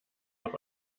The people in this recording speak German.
auf